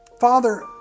Father